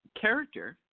character